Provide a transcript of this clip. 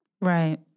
Right